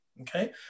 okay